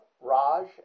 raj